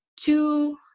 two